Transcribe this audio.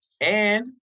And-